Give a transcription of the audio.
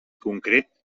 concret